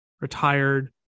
retired